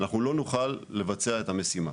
אנחנו לא נוכל לבצע את המשימה.